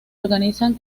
organizan